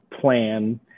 plan